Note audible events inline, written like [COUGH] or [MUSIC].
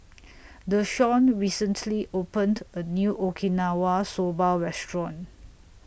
[NOISE] Dashawn recently opened A New Okinawa Soba Restaurant